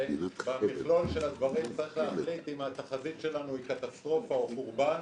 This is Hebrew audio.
שבמכלול של הדברים צריך להחליט אם התחזית שלנו היא קטסטרופה או חורבן,